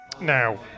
Now